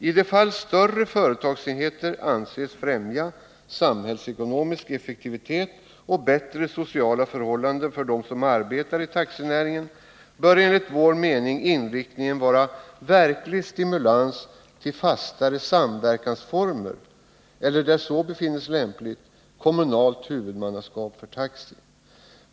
I de fall större företagsenheter anses främja samhällsekonomisk effektivitet och bättre sociala förhållanden för dem som arbetar i taxinäringen, bör enligt vår mening inriktningen vara verklig stimulans till fastare samverkansformer eller, där så befinns lämpligt, kommunalt huvudmannaskap för taxi.